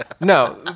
no